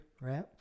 right